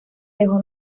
dejó